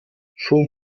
schon